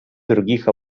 других